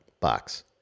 box